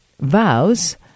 vows